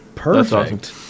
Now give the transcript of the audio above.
Perfect